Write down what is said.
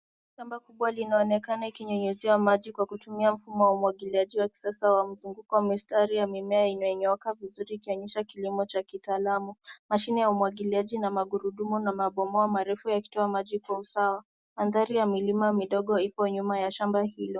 Shamba kubwa linaonekana ikinyunyuziwa maji kwa kutumia mfumo wa umwagiliaji wa kisasa wa mzunguko wa mistari ya mimea inenyooka vizuri itanisha kilimo cha kitaalamu. Mashine ya umwagiliaji na magurudumu na mabomoa marefu yakitoa maji kwa usawa. Mandhari ya milima midogo ipo nyuma ya shamba hilo.